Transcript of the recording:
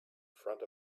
front